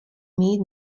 mít